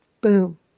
Boom